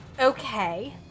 Okay